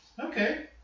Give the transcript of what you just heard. Okay